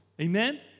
Amen